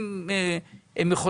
אם אתה יכול